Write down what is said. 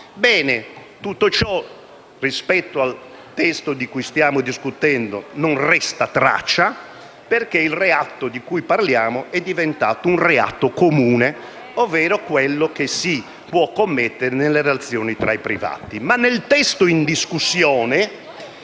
di tutto ciò, rispetto al testo di cui stiamo discutendo, non resta traccia, perché il reato di cui parliamo è diventato un reato comune, ovvero quello che si può commettere nelle relazioni tra i privati. Ma del testo in discussione,